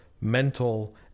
mental